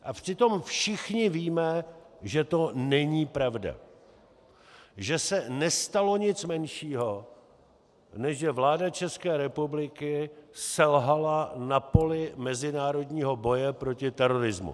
A přitom všichni víme, že to není pravda, že se nestalo nic menšího, než že vláda České republiky selhala na poli mezinárodního boje proti terorismu.